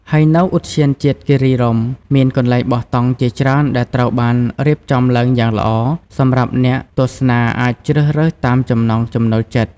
ហើយនៅឧទ្យានជាតិគិរីរម្យ មានកន្លែងបោះតង់ជាច្រើនដែលត្រូវបានរៀបចំឡើងយ៉ាងល្អ សម្រាប់អ្នកទស្សនាអាចជ្រើសរើសតាមចំណង់ចំណូលចិត្ត។